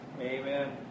Amen